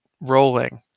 rolling